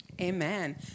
Amen